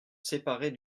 séparer